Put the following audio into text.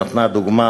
שנתנה דוגמה,